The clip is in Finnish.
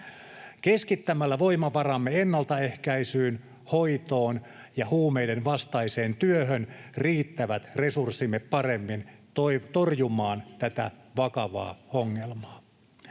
Keskittämällä voimavaramme ennaltaehkäisyyn, hoitoon ja huumeidenvastaiseen työhön riittävät resurssimme paremmin torjumaan tätä vakavaa ongelmaa.